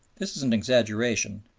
this is an exaggeration,